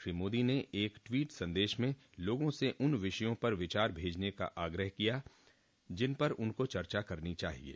श्री मोदी ने एक टवीट संदेश में लोगों से उन विषयों पर विचार भेजने का आग्रह किया ह जिन पर उनको चर्चा करनी चाहिये